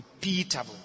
repeatable